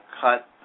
cut